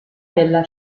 della